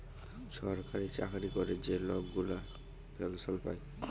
ছরকারি চাকরি ক্যরে যে লক গুলা পেলসল পায়